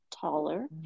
taller